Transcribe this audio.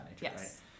yes